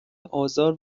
آزار